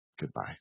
Goodbye